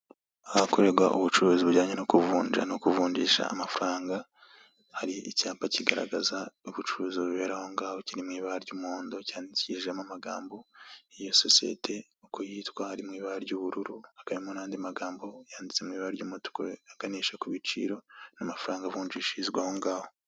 Ahakorerwa ubucuruzi bujyanye no kuvunja, no kuvunjisha amafaranga, hari icyapa kigaragaza ubucuruzi bubera ahongaho kiri mu ibara ry'umuhondo, cyandikishijemo amagambo, iyo sosiyete uko yitwa hari mu ibara ry'ubururu, hakaba harimo n'andi magambo yanditse mu ibara ry'umutuku aganisha ku biciro, n'amafaranga avunjishirizwa ahongaho.